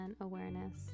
awareness